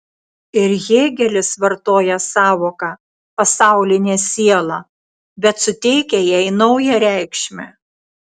ir hėgelis vartoja sąvoką pasaulinė siela bet suteikia jai naują reikšmę